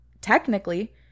technically